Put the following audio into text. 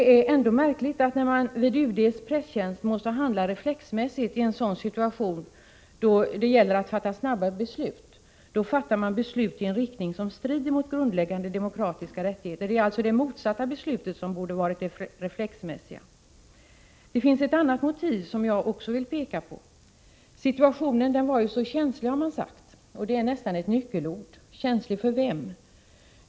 När man på UD:s presstjänst handlar reflexmässigt i en situation då det gäller att fatta snabba beslut är det märkligt att man fattar ett beslut i en riktning som strider mot grundläggande demokratiska rättigheter. Det är det motsatta beslutet som borde ha varit det reflexmässiga. Det finns ett annat motiv som jag också vill peka på. Situationen var så känslig, har det sagts — ordet ”känslig” är nästan ett nyckelord. Jag frågar: Känslig för vem?